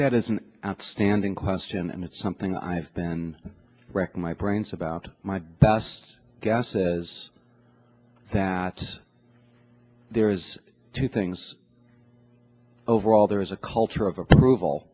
that is an outstanding question and it's something i've been wrecked my brains about my best guess is that there is two things overall there is a culture of approval